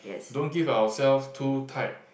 don't give ourselves too tight